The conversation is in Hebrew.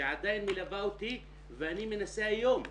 שעדיין מלווה אותי ואני מנסה היום,